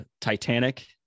titanic